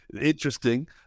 Interesting